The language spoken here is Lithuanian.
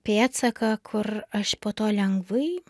pėdsaką kur aš po to lengvai